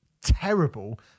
terrible